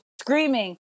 screaming